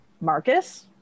Marcus